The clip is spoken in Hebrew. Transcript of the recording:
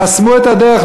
חסמו את הדרך,